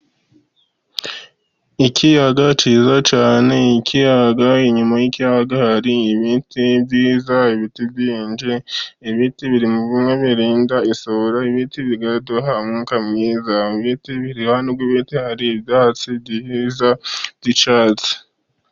Ikiyaga cyiza cyane, inyuma y'ikiyaga hari ibiti byiza, ibiti byinshi. Ibiti biri muri bimwe birinda isuri, ibiti bikaduha umwuka mwiza. Iruhande rw'ibiti hari ibyatsi byiza by'icyatsi.